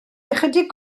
ychydig